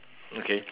okay